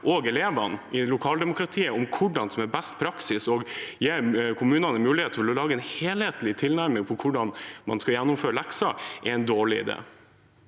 og elever i lokaldemokratiet om hva som er best praksis, og å gi kommunene mulighet til å lage en helhetlig tilnærming til hvordan man skal gjennomføre lekser? Jan Tore